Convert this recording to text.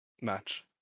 match